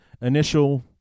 initial